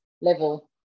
level